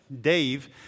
Dave